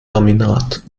laminat